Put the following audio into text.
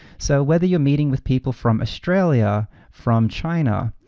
so whether you're meeting with people from australia, from china,